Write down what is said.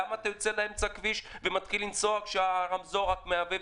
למה אתה יוצא לאמצע הכביש ומתחיל לנסוע כשהרמזור רק מהבהב,